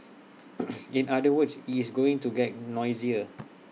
in other words IT is going to get noisier